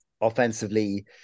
offensively